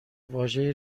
واژه